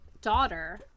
daughter